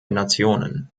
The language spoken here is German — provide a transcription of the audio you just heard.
nationen